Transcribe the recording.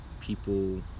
people